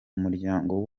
muryango